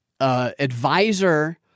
advisor